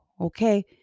okay